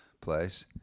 place